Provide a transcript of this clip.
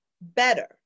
better